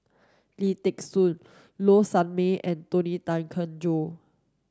Lim Thean Soo Low Sanmay and Tony Tan Keng Joo